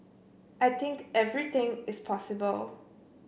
I think everything is possible